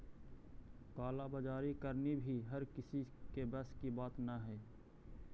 काला बाजारी करनी भी हर किसी के बस की बात न हई